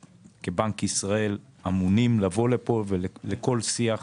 אנחנו כבנק ישראל אמונים לבוא לפה לכל שיח.